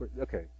Okay